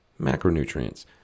macronutrients